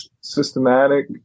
systematic